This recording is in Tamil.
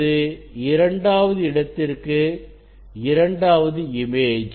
இது இரண்டாவது இடத்திற்கு இரண்டாவது இமேஜ்